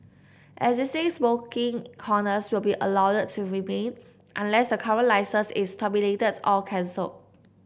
existing smoking corners will be allowed to remain unless the current licence is terminated or cancelled